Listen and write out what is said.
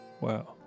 Wow